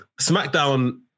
Smackdown